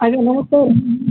ଆଜ୍ଞା ନମସ୍କାର